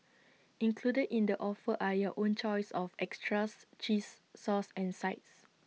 included in the offer are your own choice of extras cheese sauce and sides